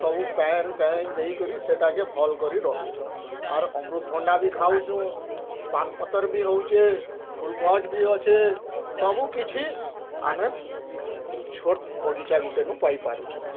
ସବୁ ପାନ୍ ପାନ୍ ଦେଇକରି ସେଟାକେ ଭଲ୍ କରି ରଖିଛୁଁ ଆର୍ ଅମୃତ୍ଭଣ୍ଡା ବି ଖାଉଚୁଁ ପାନ୍ ପତର ବି ହଉଛେ ଫୁଲ୍ ଗଜ୍ ବି ଅଛେ ସବୁ କିଛି ଆମେ ଛୋଟ୍ ବଗିଚା ଗୁଟେନୁ ପାଇ ପାରୁଛୁଁ